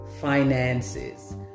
Finances